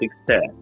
success